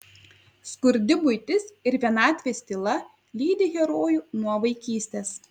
skurdi buitis ir vienatvės tyla lydi herojų nuo vaikystės